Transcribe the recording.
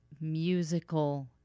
musical